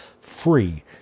free